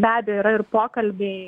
be abejo yra ir pokalbiai